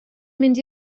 mynd